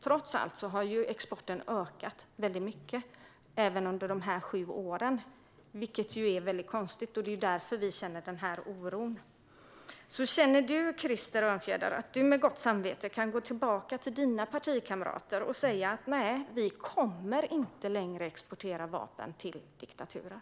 Exporten har ju ökat mycket under dessa sju år, vilket är konstigt, och därför känner vi oro. Känner du, Krister Örnfjäder, att du med gott samvete kan gå till dina partikamrater och säga att Sverige inte längre kommer att exportera vapen till diktaturer?